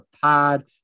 pod